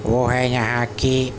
وہ ہے یہاں کی